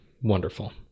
wonderful